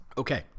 okay